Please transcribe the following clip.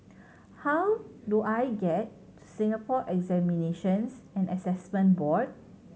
how do I get to Singapore Examinations and Assessment Board